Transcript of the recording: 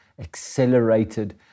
accelerated